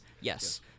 Yes